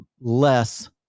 less